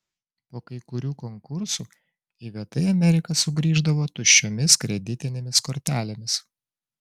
po kai kurių konkursų iveta į ameriką sugrįždavo tuščiomis kreditinėmis kortelėmis